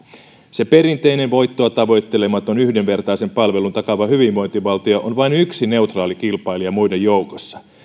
se perinteinen voittoa tavoittelematon yhdenvertaisen palvelun takaava hyvinvointivaltio on vain yksi neutraali kilpailija muiden joukossa